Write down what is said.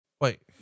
Wait